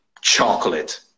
chocolate